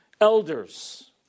elders